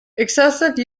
excessive